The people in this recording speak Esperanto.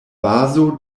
bazo